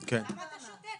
למה אתה שותק?